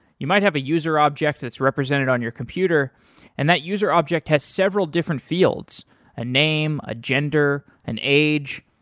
you might have a user object that's represented on your computer and that user object has several different fields a name, a gender, an age,